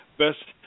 best